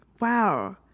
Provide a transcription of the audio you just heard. Wow